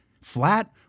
flat